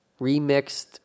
remixed